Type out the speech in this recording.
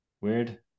Weird